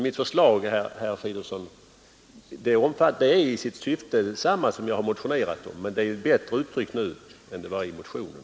Mitt förslag, herr Fridolfsson, är emellertid till sitt syfte detsamma som det jag har framfört i min motion, men det är nu bättre uttryckt än det var i den.